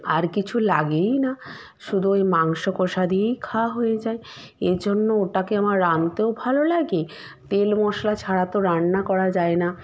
আর কিছু লাগেই না শুধু ওই মাংস কষা দিয়েই খাওয়া হয়ে যায় এ জন্য ওটাকে আমার রাঁধতেও ভালো লাগে তেল মশলা ছাড়া তো রান্না করা যায় না